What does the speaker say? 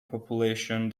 population